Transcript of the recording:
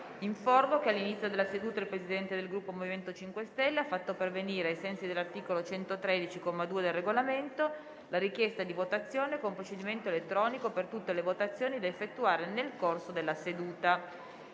che all'inizio della seduta il Presidente del Gruppo M5S ha fatto pervenire, ai sensi dell'articolo 113, comma 2, del Regolamento, la richiesta di votazione con procedimento elettronico per tutte le votazioni da effettuare nel corso della seduta.